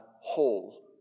whole